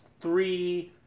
three